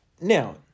Now